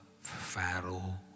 Pharaoh